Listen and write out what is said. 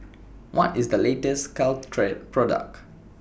What IS The latest Caltrate Product